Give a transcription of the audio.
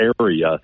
area